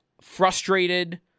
frustrated